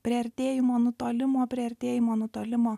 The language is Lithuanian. priartėjimo nutolimo priartėjimo nutolimo